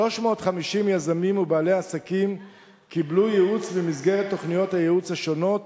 350 יזמים ובעלי עסקים קיבלו ייעוץ במסגרת תוכניות הייעוץ השונות